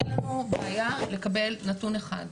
אין לנו בעיה לקבל נתון אחד,